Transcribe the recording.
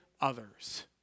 others